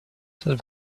said